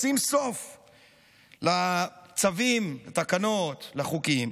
לשים סוף לצווים, תקנות, חוקים,